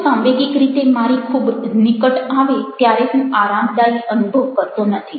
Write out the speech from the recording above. કોઈ સાંવેગિક રીતે મારી ખૂબ નિકટ આવે ત્યારે હું આરામદાયી અનુભવ કરતો નથી